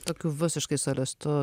tokiu visiškai solistu